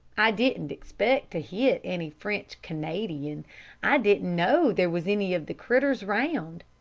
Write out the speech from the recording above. i didn't expect to hit any french canadian i didn't know there was any of the critters round.